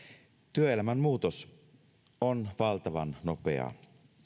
työelämän muutos on valtavan nopeaa